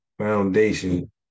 foundation